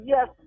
Yes